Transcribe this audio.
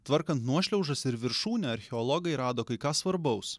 tvarkant nuošliaužas ir viršūnę archeologai rado kai ką svarbaus